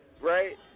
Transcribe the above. right